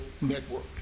Network